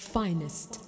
finest